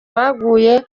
baguye